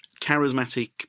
charismatic